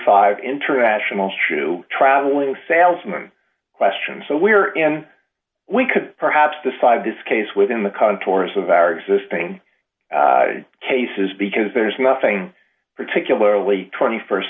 five international shoe traveling salesman question so we are in we could perhaps decide this case within the contours of our existing cases because there's nothing particularly